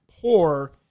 poor